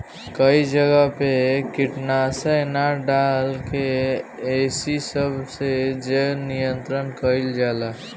कई जगह पे कीटनाशक ना डाल के एही सब से जैव नियंत्रण कइल जाला